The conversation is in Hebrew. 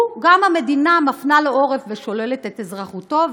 גם המדינה מפנה לו עורף ושוללת את אזרחותו,